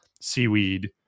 seaweed